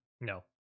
No